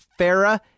Farah